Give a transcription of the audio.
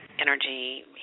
energy